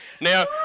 Now